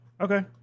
Okay